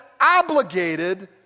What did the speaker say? obligated